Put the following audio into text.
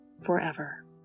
forever